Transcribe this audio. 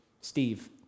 Steve